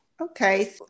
Okay